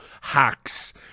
hacks